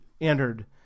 entered